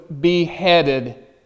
beheaded